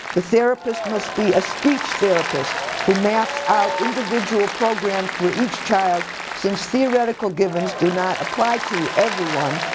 the therapist must be a speech therapist who maps out individual program for each child since theoretical givens do not apply to everyone.